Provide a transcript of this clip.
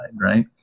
right